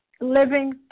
living